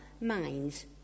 minds